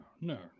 no